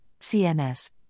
CNS